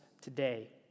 today